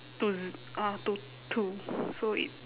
to z~ uh to two so it